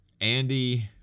Andy